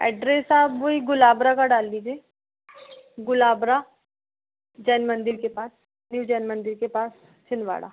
address आप वही गुलाबरा का डाल दीजिए गुलाबरा जैन मंदिर के पास न्यू जैन मंदिर के पास छिंदवाड़ा